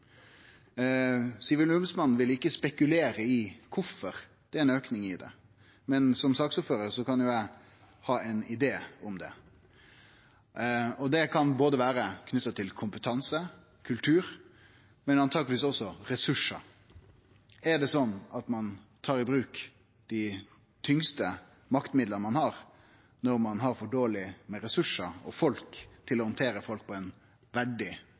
Sivilombodsmannen vil ikkje spekulere i kvifor det er ein auke av det, men som saksordførar kan eg ha ein idé om det. Det kan vere knytt til kompetanse og kultur, men truleg også til ressursar. Er det sånn at ein tar i bruk dei tyngste maktmidla ein har, når ein har for dårleg med ressursar og for lite folk til å handtere folk på ein verdig,